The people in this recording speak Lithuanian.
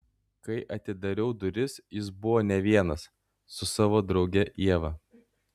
kai atidariau duris jis buvo ne vienas su savo drauge ieva